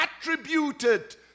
attributed